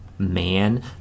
Man